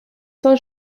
saint